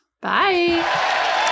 Bye